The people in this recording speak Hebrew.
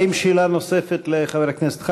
האם יש שאלה נוספת לחבר הכנסת חזן?